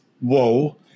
Whoa